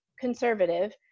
conservative